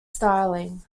styling